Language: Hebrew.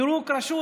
פירוק רשות